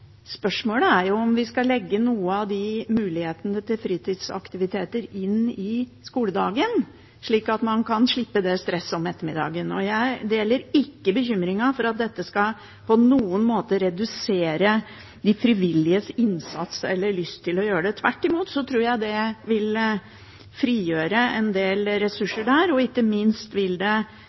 Spørsmålet er om vi skal legge noen av mulighetene for fritidsaktiviteter inn i skoledagen, slik at man kan slippe stresset om ettermiddagen. Jeg deler ikke bekymringen for at dette på noen måte skal redusere de frivilliges innsats eller lyst til å gjøre noe. Tvert imot tror jeg det vil frigjøre en del ressurser. Ikke minst vil det